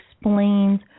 explains